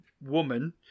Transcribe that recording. woman